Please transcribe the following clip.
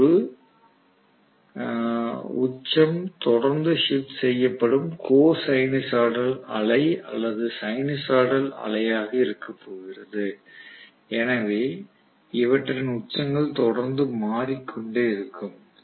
அது ஒரு உச்சம் தொடர்ந்து ஷிப்ட் செய்யப்படும் கோ சைனூசாய்டல் அலை அல்லது ஒரு சைனூசாய்டல் அலையாக இருக்கப்போகிறது எனவே இவற்றின் உச்சங்கள் தொடர்ந்து மாறிக்கொண்டே இருக்கும்